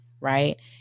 right